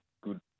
good